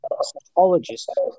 psychologist